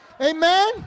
Amen